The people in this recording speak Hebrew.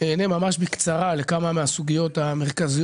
אין מה להשוות לאירוע הקודם,